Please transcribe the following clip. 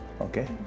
Okay